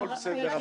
הכול בסדר,